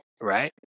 Right